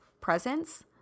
presence